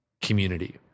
community